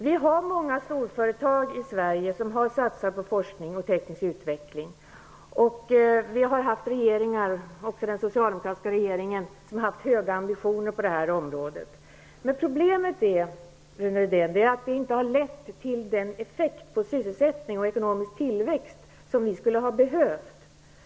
Vi har i Sverige många storföretag som har satsat på forskning och teknisk utveckling, och vi har haft regeringar -- också socialdemokratiska -- med höga ambitioner på detta område. Men problemet, Rune Rydén, är att detta inte har lett till den effekt på sysselsättning och ekonomisk tillväxt som vi skulle ha behövt.